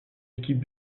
équipe